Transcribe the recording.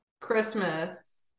Christmas